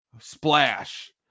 splash